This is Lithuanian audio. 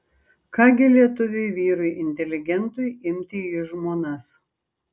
ką gi lietuviui vyrui inteligentui imti į žmonas